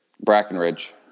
Brackenridge